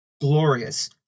glorious